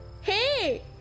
Hey